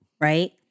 right